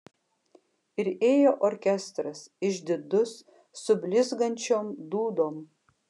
ir ėjo orkestras išdidus su blizgančiom dūdom